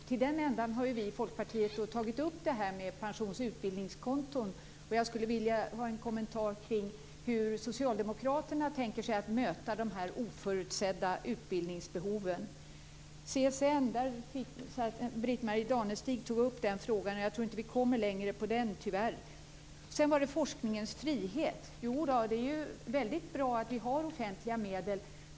Därför har vi i Folkpartiet tagit upp det här med pensions och utbildningskonton. Jag skulle vilja ha en kommentar om hur socialdemokraterna tänker sig att möta de här oförutsedda utbildningsbehoven. Britt-Marie Danestig tog upp frågan om CSN, och jag tror tyvärr inte att vi kommer längre i den. Sedan var det forskningens frihet. Jodå, det är väldigt bra att vi har offentliga medel.